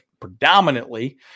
predominantly